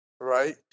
right